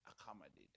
accommodated